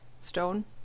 stone